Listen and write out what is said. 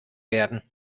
werden